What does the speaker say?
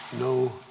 no